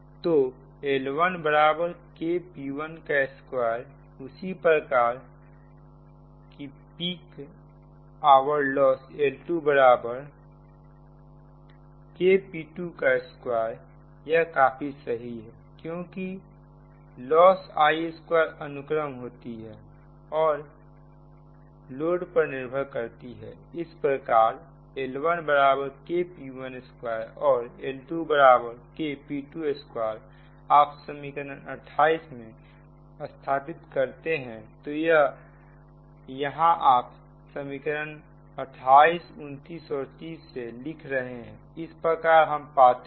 तो L1KP12 उसी प्रकार की पिक आवर लॉस L2KP22यह काफी सही है क्योंकि लॉस I2 अनुक्रम होता है और I लोड पर निर्भर करता हैइस प्रकार L1KP12 और L2KP22 आप समीकरण 28 में स्थापित करते हैं तो यहां आप समीकरण 28 29 और 30 से लिख रहे हैं इस प्रकार हम पाते हैं